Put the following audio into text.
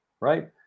right